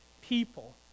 people